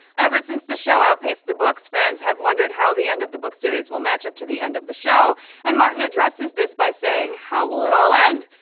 ever since the show outpaced the books, fans have wondered how the end of the book series will match up to the end of the show and martin addresses this by saying how will it all end?